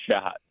shot